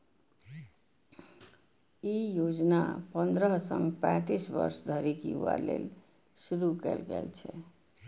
ई योजना पंद्रह सं पैतीस वर्ष धरिक युवा लेल शुरू कैल गेल छै